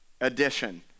addition